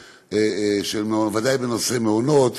ודאי בנושא מעונות.